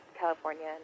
California